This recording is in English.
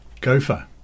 gopher